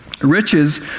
Riches